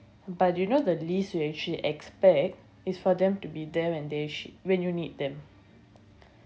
but you know the least you actually expect is for them to be there when they actually when you need them